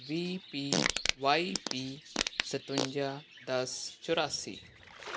ਵੀ P Y P ਸਤਵੰਜਾ ਦਸ ਚੁਰਾਸੀ